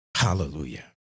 Hallelujah